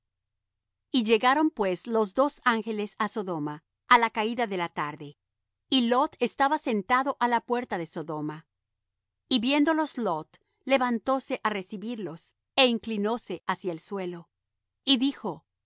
lugar llegaron pues los dos ángeles á sodoma á la caída de la tarde y lot estaba sentado á la puerta de sodoma y viéndolos lot levantóse á recibirlos é inclinóse hacia el suelo y dijo